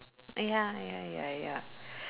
ya ya ya ya